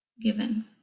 given